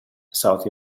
south